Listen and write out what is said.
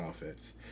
offense